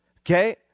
Okay